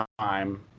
time